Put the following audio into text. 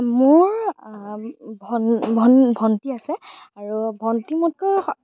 মোৰ ভন ভন ভণ্টি আছে আৰু ভণ্টি মোতকৈ